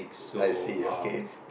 I see okay